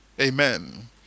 Amen